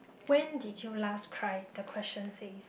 when did you last cry the question says